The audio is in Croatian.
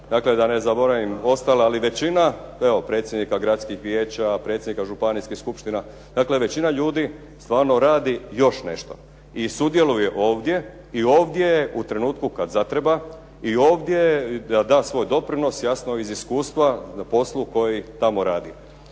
Dakle, ne zaboravim ostale, ali većina evo predsjednika gradskih vijeća, predsjednika županijskih skupština. Dakle, većina ljudi stvarno radi još nešto i sudjeluje ovdje i ovdje je u trenutku kad zatreba, i ovdje je da da svoj doprinos jasno iz iskustva poslu koji tamo radi.